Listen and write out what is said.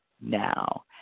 now